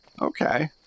Okay